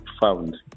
found